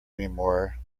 anymore